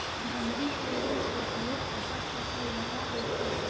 बमरी के रूख ह घलो अब्बड़ ठोसलगहा होथे